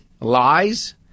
lies